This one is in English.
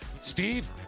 Steve